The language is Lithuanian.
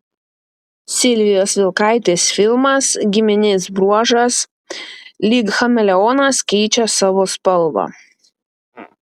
silvijos vilkaitės filmas giminės bruožas lyg chameleonas keičia savo spalvą